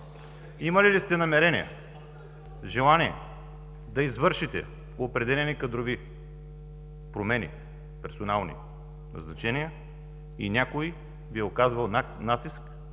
имали ли сте намерение, желание да извършите определени кадрови промени, персонални назначения или някои Ви е оказвал натиск,